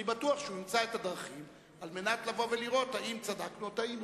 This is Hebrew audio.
אני בטוח שהוא ימצא את הדרכים על מנת לבוא ולראות אם צדקנו או טעינו.